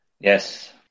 yes